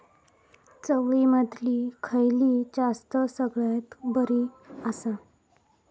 चवळीमधली खयली जात सगळ्यात बरी आसा?